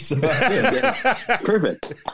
Perfect